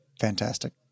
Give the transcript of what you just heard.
fantastic